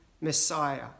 Messiah